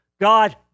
God